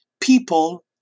people